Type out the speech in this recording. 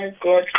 good